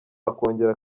akongera